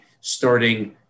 starting